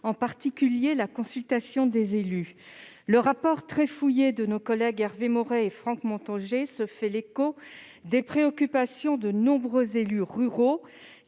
ou de la consultation des élus. Le rapport très fouillé de nos collègues Hervé Maurey et Franck Montaugé se fait l'écho des préoccupations de nombreux élus ruraux.